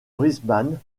brisbane